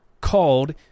called